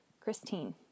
Christine